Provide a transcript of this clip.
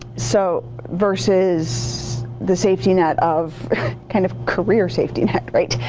so versus the safety net of kind of career safety net, right?